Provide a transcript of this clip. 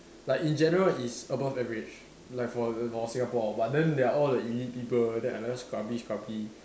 like in general it's above average like for the for Singapore but then they are all the elite people then I like scrubby scrubby